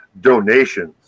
donations